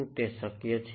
શું તે શક્ય છે